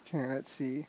can not see